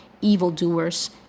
evildoers